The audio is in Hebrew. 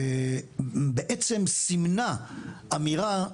בעצם סימנה אמירה,